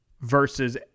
versus